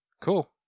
Cool